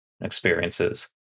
experiences